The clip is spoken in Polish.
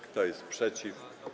Kto jest przeciw?